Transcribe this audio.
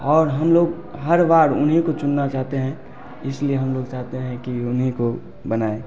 और हम लोग हर बार उन्हीं को चुनना चाहते हैं इसलिए हम लोग चाहते हैं कि उन्हीं को बनाएँ